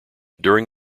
during